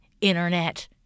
internet